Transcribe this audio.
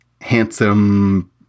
handsome